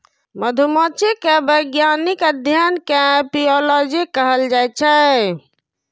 मधुमाछी के वैज्ञानिक अध्ययन कें एपिओलॉजी कहल जाइ छै